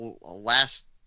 last